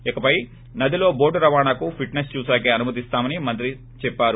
ఇకపై నదిలో బోటు రవాణాకు ఫిట్నెస్ చూశాకే అనుతి ఇస్తామని మంత్రి చెప్పారు